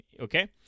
okay